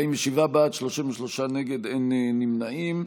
47 בעד, 33 נגד, אין נמנעים.